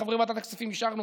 כחברי ועדת הכספים שאישרנו,